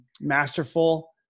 masterful